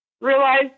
realize